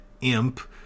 imp